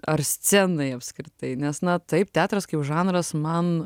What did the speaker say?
ar scenai apskritai nes na taip teatras kaip žanras man